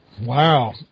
Wow